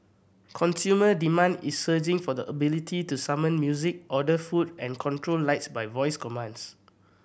consumer demand is surging for the ability to summon music order food and control lights by voice commands